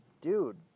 dude